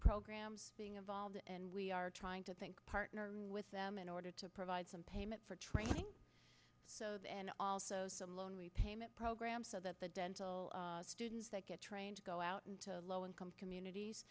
programs being involved and we are trying to think partner with them in order to provide some payment for training and also some loan repayment program so that the dental students that get trained to go out into low income communities